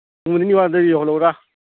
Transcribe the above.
ꯅꯣꯡ ꯅꯤꯅꯤ ꯃꯃꯥꯡꯗ ꯌꯧꯍꯜꯂꯛꯎꯔꯥ